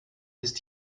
ist